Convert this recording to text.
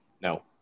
No